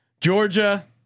Georgia